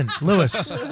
Lewis